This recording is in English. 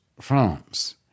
France